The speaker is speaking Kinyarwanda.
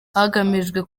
hagamijwe